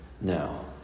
now